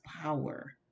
power